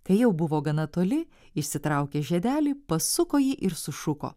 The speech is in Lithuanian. kai jau buvo gana toli išsitraukė žiedelį pasuko jį ir sušuko